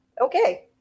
Okay